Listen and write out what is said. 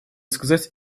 сказать